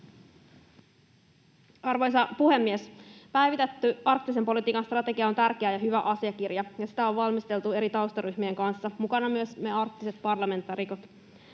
Arvoisa puhemies! Päivitetty arktisen politiikan strategia on tärkeä ja hyvä asiakirja, ja sitä on valmisteltu eri taustaryhmien kanssa, mukana myös me arktiset parlamentaarikot.